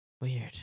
Weird